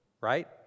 right